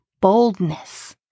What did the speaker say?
boldness